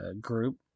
group